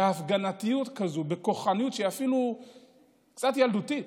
בהפגנתיות כזאת, בכוחניות שהיא אפילו קצת ילדותית,